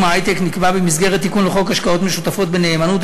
ההיי-טק נקבע במסגרת תיקון לחוק השקעות משותפות בנאמנות,